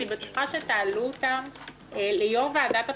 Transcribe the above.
אני בטוחה שתעלו אותם ליו"ר ועדת הבחירות,